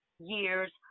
years